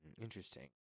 Interesting